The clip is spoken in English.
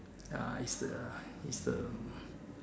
uh is the is the